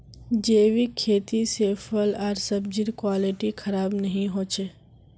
जैविक खेती से फल आर सब्जिर क्वालिटी खराब नहीं हो छे